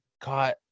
caught